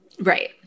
Right